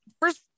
first